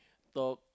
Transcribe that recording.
talk